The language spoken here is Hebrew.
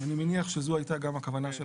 אני מניח שזאת היתה הכוונה.